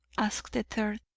asked the third.